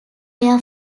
air